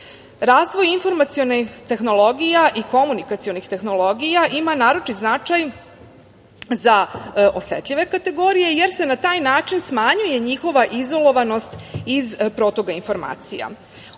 mesta. Razvoj informacionih tehnologija i komunikacionih tehnologija ima naročit značaj za osetljive kategorije jer se na taj način smanjuje njihova izolovanost iz protoka informacija.